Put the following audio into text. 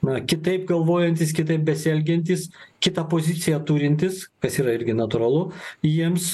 na kitaip galvojantys kitaip besielgiantys kitą poziciją turintys kas yra irgi natūralu jiems